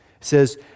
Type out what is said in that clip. says